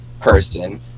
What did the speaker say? person